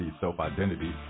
self-identity